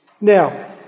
Now